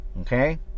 Okay